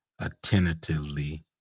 attentively